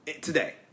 today